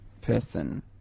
person